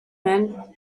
man